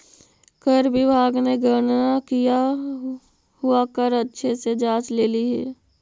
कर विभाग ने गणना किया हुआ कर अच्छे से जांच लेली हे